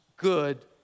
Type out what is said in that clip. good